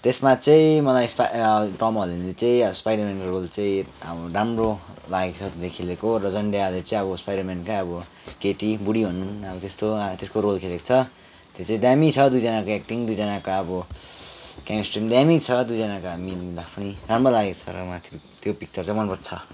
त्यसमा चाहिँ मलाई यसमा टम हल्यान्डले चाहिँ स्पाइडरम्यानको रोल चाहिँ राम्रो लागेको छ त्यसले खेलेको र जेन्डेयाले चाहिँ अब स्पाइडरम्यानकै अब केटी बुढी भनौँ न अब त्यस्तो त्यसको रोल खेलेको छ त्यो चाहिँ दामी छ दुईजनाको एक्टिङ दुईजनाको अब केमेस्ट्री पनि दामी छ दुईजनाको अब मेलमिलाप पनि राम्रो लागेको छ र त्यो पिक्चर चाहिँ मनपर्छ